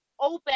open